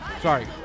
Sorry